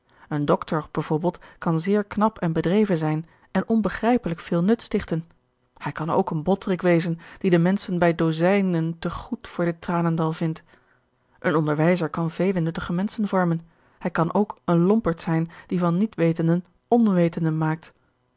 een doctor b v kan zeer knap en bedreven zijn en onbegrijpelijk veel nut stichten hij kan ook een botterik wezen die de menschen bij dozijnen te goed voor dit tranendal vindt een onderwijzer kan vele nuttige menschen vormen hij kan ook een lompert zijn die van nietwetenden onwetenden maakt